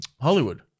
Hollywood